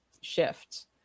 shift